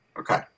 Okay